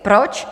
Proč?